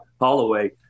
Holloway